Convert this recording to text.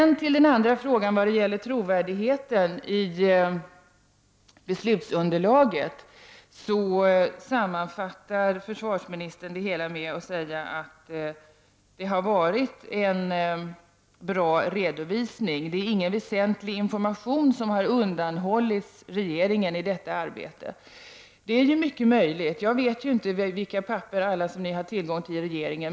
När det gäller den andra frågan, om trovärdigheten i beslutsunderlaget, sammanfattar försvarsministern det hela med att säga att det har varit en bra redovisning. Ingen väsentlig information har undanhållits regeringen i detta arbete, säger han. Det är mycket möjligt. Jag vet inte vilka papper ni har tillgång till i regeringen.